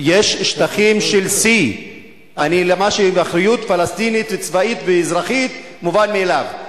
יש שטחים של C. מה שבאחריות פלסטינית צבאית ואזרחית מובן מאליו,